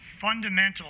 fundamental